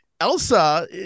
Elsa